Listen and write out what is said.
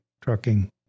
trucking